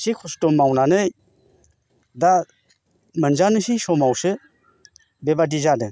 इसि खस्थ' मावनानै दा मोनजानोसै समावसो बेबादि जादों